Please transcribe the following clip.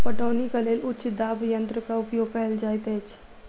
पटौनीक लेल उच्च दाब यंत्रक उपयोग कयल जाइत अछि